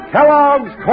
Kellogg's